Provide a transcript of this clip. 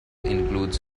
includes